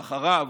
ואחריו